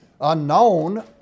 unknown